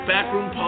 Backroom